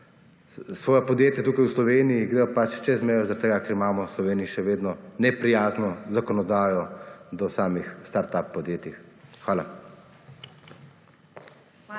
svoja podjetja tukaj v Sloveniji, ampak gredo čez mejo zaradi tega, ker imamo v Sloveniji še vedno neprijazno zakonodajo do samih start up podjetij. Hvala.